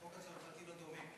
החוק הצרפתי לא דומה.